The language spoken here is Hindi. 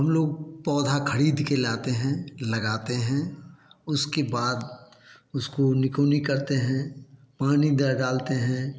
हम लोग पौधा खरीद के लाते हैं लगाते हैं उसके बाद उसको निकोनी करते हैं पानी दर डालते हैं